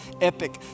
epic